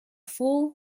fool